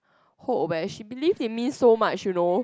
hope eh she believe in me so much you know